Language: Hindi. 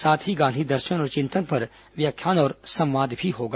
साथ ही गांधी दर्शन और चिंतन पर व्याख्यान और संवाद होगा